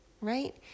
right